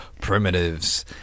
primitives